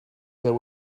there